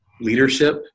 leadership